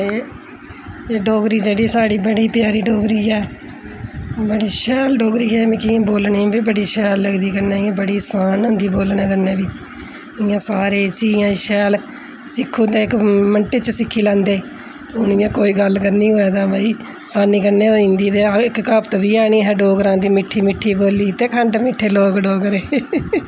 एह् डोगरी जेह्ड़ी एह् ऐ साढ़ी बड़ी प्यारी डोगरी ऐ बड़ी शैल डोगरी ऐ मिगी बोलने गी बी बड़ी शैल लगदी कन्नै एह् बड़ी आसान होंदी बोलने कन्नै बी इ'यां सारे इस्सी इ'यां शैल सिक्खो ते इक मिंट च सिक्खी लैंदे हून इ'यां कोई गल्ल करनी होऐ तां भाई आसानी कन्ने होई जदीं ते आख इक क्हावत बी ऐ नीं ऐहें डोगरें दी मिट्ठी मिट्ठी बोल्ली ते खंड मिट्ठे लोक डोगरे